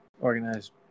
organized